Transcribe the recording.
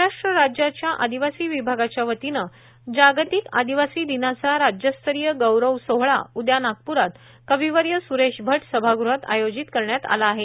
महाराष्ट्र राज्याच्या आदिवासी विभागाच्या वतीनं जागतिक आदिवासी दिनाचा राज्यस्तरीय गौरव सोहळा उचा नागपूरात कविवर्य सुरेश भट सभागृहात आयोजित करण्यात आला आहे